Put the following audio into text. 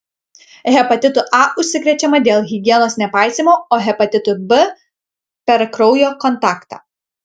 hepatitu a užsikrečiama dėl higienos nepaisymo o hepatitu b per kraujo kontaktą